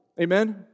Amen